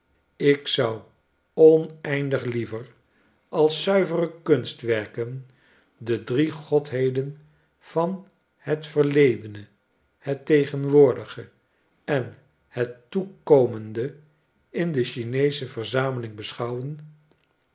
ik zou oneindig liever als zuivere kunstwer'ken de drie godheden van het verledene het tegenwoordige en het toekomende in de chineesche verzamelingbeschouwen